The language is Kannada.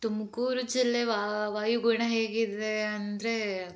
ತುಮಕೂರು ಜಿಲ್ಲೆ ವಾಯುಗುಣ ಹೇಗಿದೆ ಅಂದರೆ